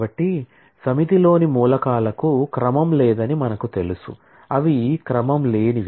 కాబట్టి సమితిలోని మూలకాలకు క్రమం లేదని మనకు తెలుసు అవి క్రమం లేనివి